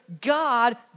God